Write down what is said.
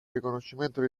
riconoscimento